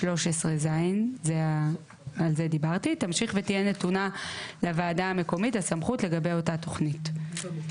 62(א)(13ז) תמשיך ותהיה נתונה לוועדה המקומית הסמכות לגבי אותה תכנית-.